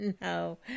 no